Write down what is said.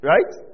Right